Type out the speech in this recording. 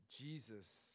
Jesus